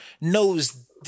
knows